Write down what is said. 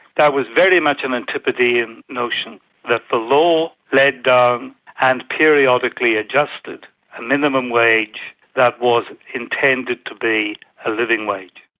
that was very much an antipodean notion that the law laid down and periodically adjusted a minimum wage that was intended to be a living wage.